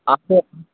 आपको